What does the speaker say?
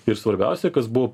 ir svarbiausia kas buvo